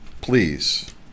please